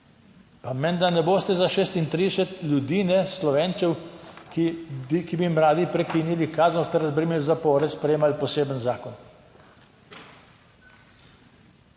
Pa menda ne boste za 36 ljudi, Slovencev, ki bi jim radi prekinili kazen, boste razbremenili zapore, sprejemali poseben zakon?